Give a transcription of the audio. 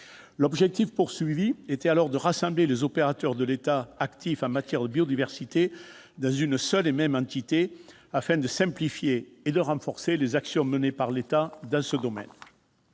L'objectif était alors de rassembler les opérateurs de l'État actifs en matière de biodiversité dans une seule et même entité, afin de simplifier et de renforcer les actions menées par l'État dans ce domaine.